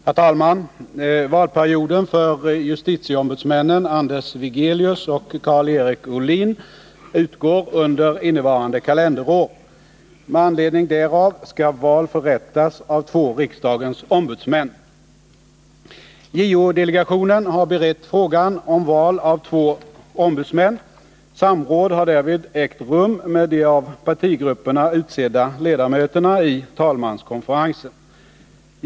Herr talman! Valperioden för justitieombudsmännen Anders Wigelius och Karl-Erik Uhlin utgår under innevarande kalenderår. Med anledning därav skall val förrättas av två riksdagens ombudsmän. JO-delegationen har berett frågan om val av två ombudsmän. Samråd har därvid ägt rum med de av partigrupperna utsedda ledamöterna i talmanskonferensen.